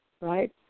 right